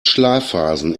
schlafphasen